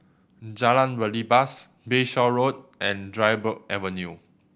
Jalan Belibas Bayshore Road and Dryburgh Avenue